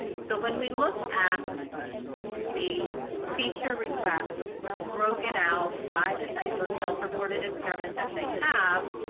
so when we look at the feature requests broken out by the type of self-reported impairment that they have,